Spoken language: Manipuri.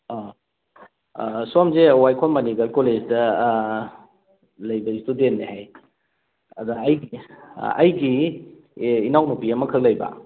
ꯑꯥ ꯑꯥ ꯁꯣꯝꯁꯦ ꯋꯥꯏꯈꯣꯝ ꯃꯅꯤ ꯒꯥꯔꯜ ꯀꯣꯂꯦꯖꯗ ꯂꯩꯕ ꯏꯁꯇꯨꯗꯦꯟꯅꯦ ꯍꯥꯏꯌꯦ ꯑꯗ ꯑꯩꯒꯤ ꯑꯩꯒꯤ ꯏꯅꯥꯎ ꯅꯨꯄꯤ ꯑꯃꯈꯛ ꯂꯩꯕ